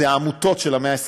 אלו העמותות של המאה ה-21,